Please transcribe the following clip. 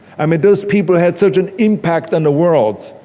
i mean those people had such an impact on the world,